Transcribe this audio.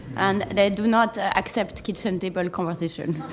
and they do not ah accept kitchen table conversation.